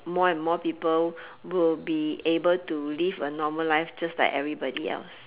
more and more people will be able to live a normal life just like everybody else